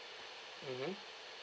mmhmm